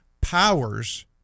powers